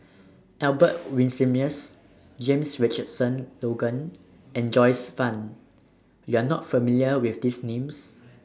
Albert Winsemius James Richardson Logan and Joyce fan YOU Are not familiar with These Names